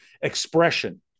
expression